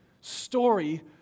story